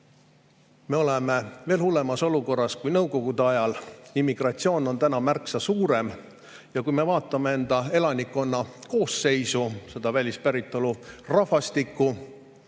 me oleme veel hullemas olukorras kui Nõukogude ajal. Immigratsioon on täna märksa suurem. Ja kui me vaatame oma elanikkonna koosseisu, seda välispäritolu rahvastikku,